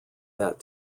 that